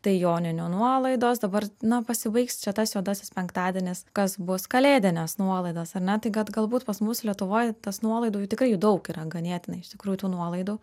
tai joninių nuolaidos dabar na pasibaigs čia tas juodasis penktadienis kas bus kalėdinės nuolaidos ar ne tai kad galbūt pas mus lietuvoj tas nuolaidų jų tikrai daug yra ganėtinai iš tikrųjų tų nuolaidų